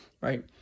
right